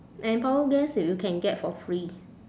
and power banks you can get for free